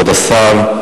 כבוד השר,